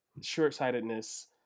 short-sightedness